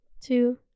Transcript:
two